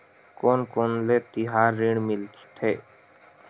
कोन कोन ले तिहार ऋण मिल सकथे?